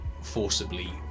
forcibly